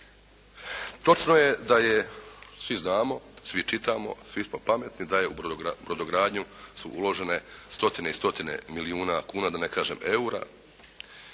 Točno je da je svi znamo, svi čitamo svi smo pametni da je u brodogradnju su uložene stotine i stotine milijuna kuna, da ne kažem eura